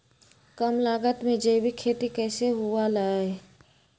कम लागत में जैविक खेती कैसे हुआ लाई?